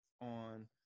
on